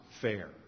fair